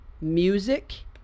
music